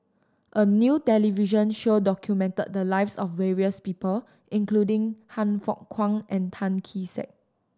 a new television show documented the lives of various people including Han Fook Kwang and Tan Kee Sek